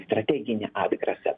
strateginį atgrasą